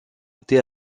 était